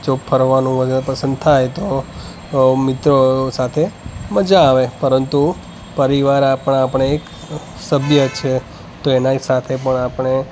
જો ફરવાનું વધુ પંસદ થાય તો મિત્રો સાથે મજા આવે પરંતુ પરિવાર આપણા આપણે એક સભ્ય છીએ તો એની સાથે પણ આપણે